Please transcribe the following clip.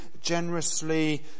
generously